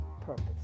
purpose